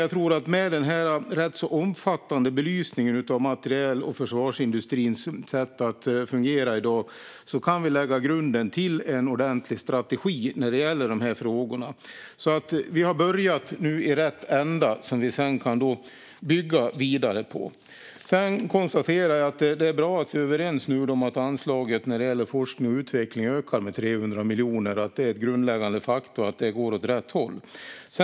Jag tror att med denna ganska omfattande belysning av materiel och försvarsindustrins sätt att fungera i dag kan vi lägga grunden till en ordentlig strategi i de här frågorna. Vi har nu börjat i rätt ända och lagt en grund att bygga vidare på. Det är bra att vi är överens om att anslaget till forskning och utveckling ökar med 300 miljoner. Det är ett grundläggande faktum att det går åt rätt håll.